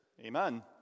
amen